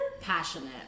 Passionate